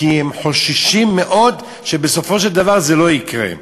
כי הם חוששים מאוד שבסופו של דבר זה לא יקרה.